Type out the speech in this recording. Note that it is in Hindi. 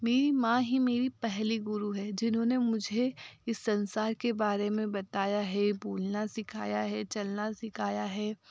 मेरी माँ ही मेरी पहली गुरु है जिन्होंने मुझे इस संसार के बारे में बताया है बोलना सिखाया है चलना सिखाया है